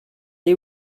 neu